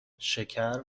شکر